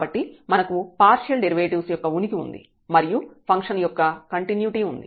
కాబట్టి మనకు partial derivatives యొక్క ఉనికి ఉంది మరియు ఫంక్షన్ యొక్క కంటిన్యుటీ ఉంది